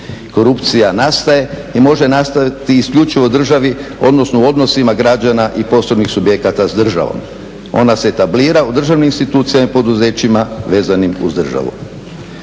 Korupcija nastaje i može nastajati isključivo u državi odnosno u odnosima građana i poslovnih subjekata sa državom. Ona se etablira u državnim institucijama i poduzećima vezanim uz državu.